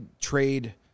trade